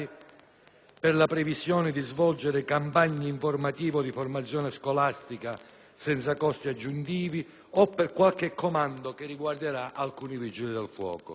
dei militari, per svolgere campagne informative o di formazione scolastica senza costi aggiuntivi o per qualche comando che riguarderà alcuni Vigili del fuoco.